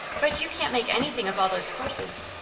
but you can't make anything of all those horses?